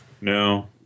No